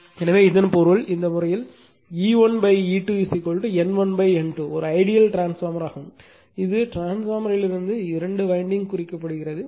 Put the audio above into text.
எனவே இதன் பொருள் இந்த முறையில் E1 E2 N1 N2 ஒரு ஐடியல் டிரான்ஸ்பார்மர் ஆகும் இது டிரான்ஸ்பார்மர்யிலிருந்து இரண்டு வைண்டிங் குறிக்கப்படுவது